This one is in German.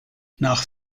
nach